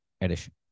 edition